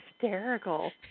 hysterical